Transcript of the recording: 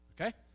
Okay